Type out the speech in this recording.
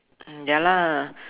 ya lah